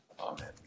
Amen